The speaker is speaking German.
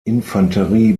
infanterie